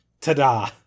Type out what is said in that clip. ta-da